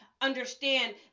understand